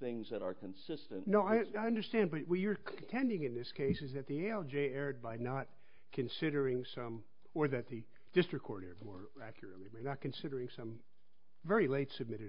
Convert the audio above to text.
things that are consistent no i understand but we're contending in this case is that the l j erred by not considering some or that he just recorded more accurately not considering some very late submitted